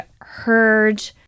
heard